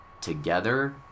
together